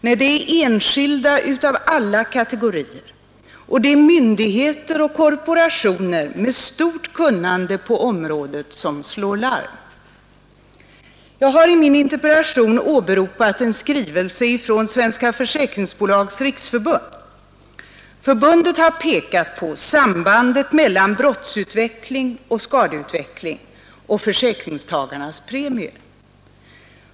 Nej, det är enskilda av alla kategorier och det är myndigheter och korporationer med stort kunnande på området som slår larm. Jag har i min interpellation åberopat en skrivelse från Svenska försäkringsbolags riksförbund. Förbundet har pekat på sambandet mellan brottsutveckling och skadeutveckling och försäkringstagarnas premier.